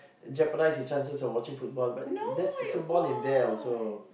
jeopardize his chances of watching football but there's football in there also